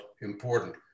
important